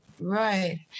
Right